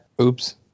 Oops